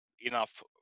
enough